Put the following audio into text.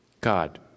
God